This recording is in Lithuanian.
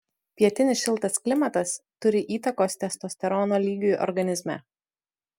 pietinis šiltas klimatas turi įtakos testosterono lygiui organizme